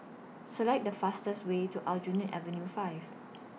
Select The fastest Way to Aljunied Avenue five